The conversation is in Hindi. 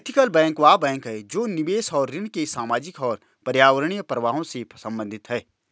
एथिकल बैंक वह बैंक है जो निवेश और ऋण के सामाजिक और पर्यावरणीय प्रभावों से संबंधित है